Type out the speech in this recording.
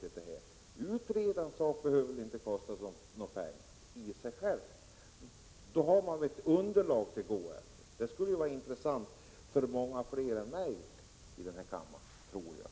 Att utreda en sak behöver väl i och för sig inte kosta några pengar. Men genom en utredning får man ju ett underlag att gå efter, och det tror jag skulle vara av intresse för många fler än mig i den här kammaren.